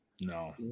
No